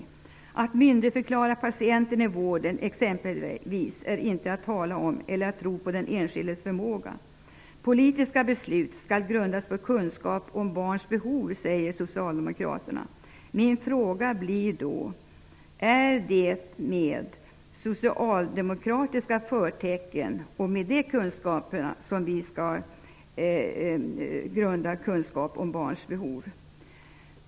Att exempelvis myndigförklara patienten i vården eller tro på den enskildes förmåga är inte att tala om. Politiska beslut skall grundas på kunskap om barns behov säger Socialdemokraterna. Min fråga blir då: Är det socialdemokratiska förtecken som skall ligga till grund för kunskapen om barns behov?